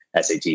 SAT